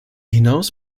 hinaus